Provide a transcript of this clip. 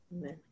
amen